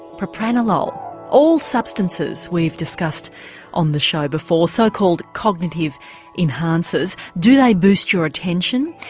propranolol all substances we've discussed on the show before, so called cognitive enhancers. do they boost your attention,